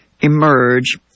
emerge